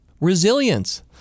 resilience